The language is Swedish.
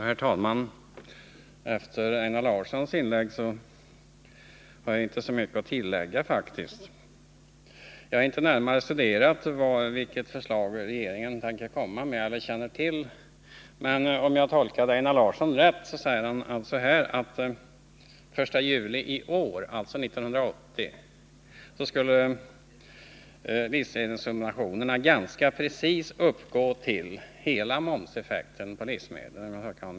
Herr talman! Efter Einar Larssons inlägg har jag faktiskt inte så mycket att tillägga. Jag känner inte till vilket förslag regeringen tänker lägga fram, men om jag tolkade Einar Larsson rätt sade han att livsmedelssubventionerna den 1 juli i år ganska precis skulle uppgå till hela momseffekten på livsmedel.